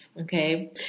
okay